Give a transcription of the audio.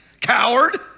coward